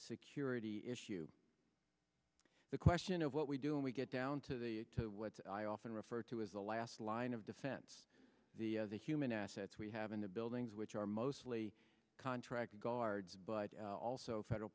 security issue the question of what we do when we get down to the to what i often refer to as a last line of defense the the human assets we have in the buildings which are mostly contract guards but also federal